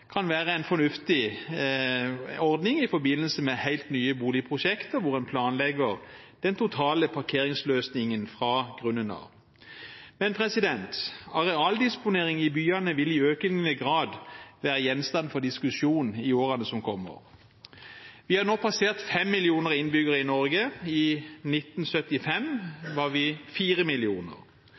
kan være en fornuftig ordning i forbindelse med helt nye boligprosjekter hvor en planlegger den totale parkeringsløsningen fra grunnen av. Men arealdisponering i byene vil i økende grad være gjenstand for diskusjon i årene som kommer. Vi har nå passert 5 millioner innbyggere i Norge. I 1975 var vi 4 millioner.